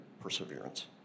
perseverance